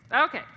okay